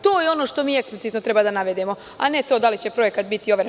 To je ono što mi eksplicitno treba da navedemo, a ne to da li će projekat biti overen.